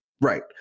Right